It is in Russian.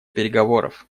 переговоров